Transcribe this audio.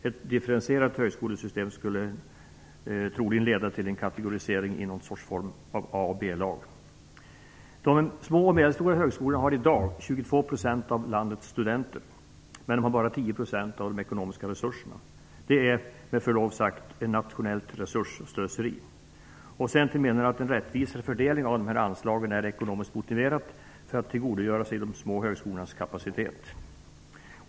Ett differentierat högskolesystem skulle troligen leda till en kategorisering, till någon form av A De små och medelstora högskolorna har i dag 22 % av landets studenter, men de har bara 10 % av de ekonomiska resurserna. Det är, med förlov sagt, nationellt resursslöseri. Centern menar att en rättvisare fördelning av anslagen är ekonomiskt motiverad när det gäller att tillgodogöra sig de små högskolornas kapacitet.